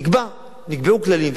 נקבעו כללים,